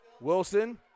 Wilson